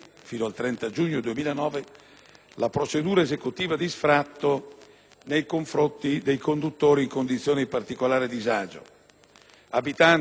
la procedura esecutiva di sfratto nei confronti dei conduttori in condizioni di particolare disagio, abitanti nei Comuni capoluoghi di Provincia